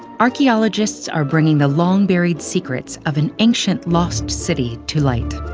archaeologists are bringing the long-buried secrets of an ancient, lost city to light.